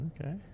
Okay